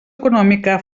econòmica